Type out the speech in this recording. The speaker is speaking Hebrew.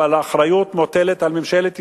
אבל האחריות מוטלת על ממשלת ישראל,